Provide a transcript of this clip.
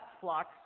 flux